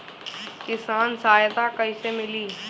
किसान सहायता कईसे मिली?